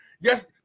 Yes